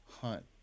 hunt